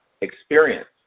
experience